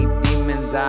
demons